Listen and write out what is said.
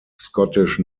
scottish